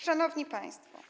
Szanowni Państwo!